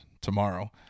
tomorrow